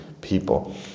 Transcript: people